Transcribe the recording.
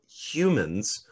humans